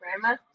grandma